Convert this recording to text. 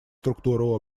структуру